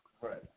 Right